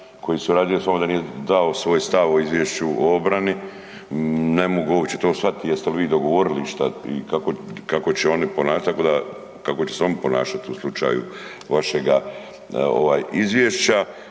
koji surađuje ovdje nije dao svoj stav o izvješću o obrani, ne mogu uopće to shvatiti, jeste li vi dogovorili išta i kako će oni ponašati u slučaju vašega izvješća.